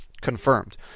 confirmed